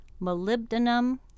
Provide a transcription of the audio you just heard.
molybdenum